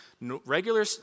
regular